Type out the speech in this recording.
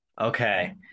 Okay